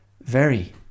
Very